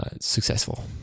successful